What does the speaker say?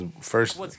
First